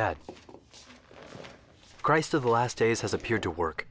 head christ of the last days has appeared to work